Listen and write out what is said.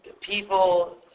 people